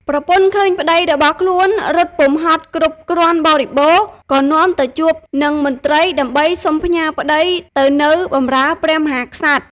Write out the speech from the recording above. ប្រពន្ធឃើញប្តីរបស់ខ្លួនរត់ពុំហត់គ្រប់គ្រាន់បរិបូរ ក៏នាំទៅជួបនឹងមន្ត្រីដើម្បីសុំផ្ញើប្តីទៅនៅបម្រើព្រះមហាក្សត្រ។